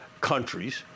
countries